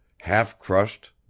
half-crushed